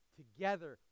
together